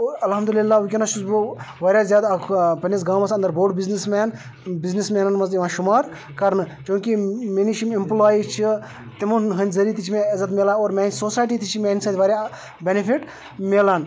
اوٚ الحمدُاللہ وٕنکٮ۪س چھُس بہٕ واریاہ زیادٕ اَکھ پنٕنِس گامَس اَندَر بوٚڈ بِزنٮ۪س مین بِزنٮ۪س مینَن منٛز یِوان شُمار کَرنہٕ چوٗنٛکہ مےٚ نِش یِم اٮ۪مپٕلاے چھِ تِمَن ہٕنٛدِۍ ذٔریعہِ تہِ چھِ مےٚ عزت میلان اور میٛانہِ سوسایٹی تہِ چھِ میٛانہِ سۭتۍ واریاہ بٮ۪نِفِٹ مِلان